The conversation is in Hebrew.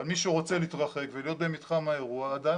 אבל מי שרוצה להתרחק ולהיות במתחם האירוע עדיין